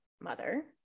mother